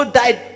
died